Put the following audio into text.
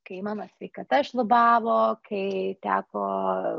kai mano sveikata šlubavo kai teko